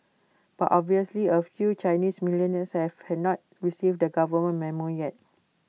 but obviously A few Chinese millionaires have have not receive the government Memo yet